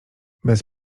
bez